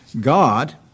God